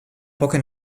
poche